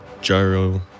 Gyro